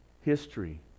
history